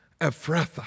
Ephrathah